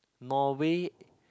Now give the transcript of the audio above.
Norway